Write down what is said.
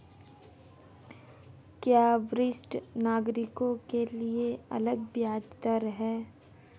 क्या वरिष्ठ नागरिकों के लिए अलग ब्याज दर है?